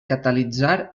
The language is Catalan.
catalitzar